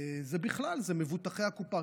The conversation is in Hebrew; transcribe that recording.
זה כלל מבוטחי הקופה.